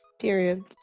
Period